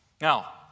Now